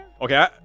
Okay